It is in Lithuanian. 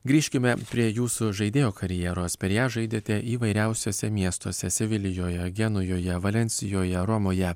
grįžkime prie jūsų žaidėjo karjeros per ją žaidėte įvairiausiuose miestuose sevilijoje genujoje valensijoje romoje